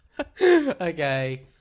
Okay